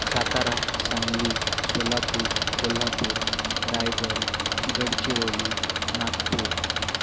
Satara Sangli Solapur Kolhapur Raigad Gadchiroli Nagpur